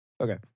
Okay